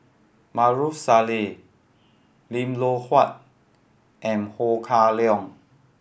Maarof Salleh Lim Loh Huat and Ho Kah Leong